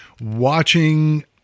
watching